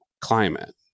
climate